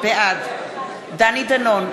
בעד דני דנון,